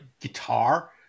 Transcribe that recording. guitar